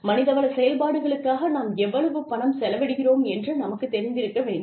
மனிதவள செயல்பாடுகளுக்காக நாம் எவ்வளவு பணம் செலவிடுகிறோம் என்று நமக்குத் தெரிந்திருக்க வேண்டும்